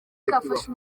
kafashe